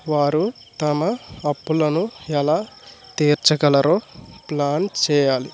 వారు తమ అప్పులను ఎలా తీర్చగలరో ప్లాన్ చేయాలి